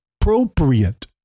appropriate